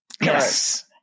Yes